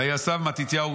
"ויסב מתתיהו,